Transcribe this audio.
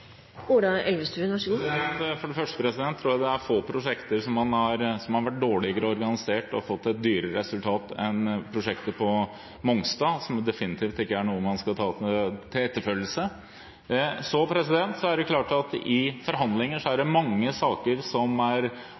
For det første tror jeg det er få prosjekter som har vært dårligere organisert og har fått et dyrere resultat enn prosjektet på Mongstad, som definitivt ikke er noe man skal ta til etterfølgelse. Så er det klart at i forhandlinger er det mange saker som er